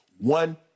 One